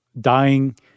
dying